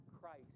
Christ